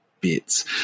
bits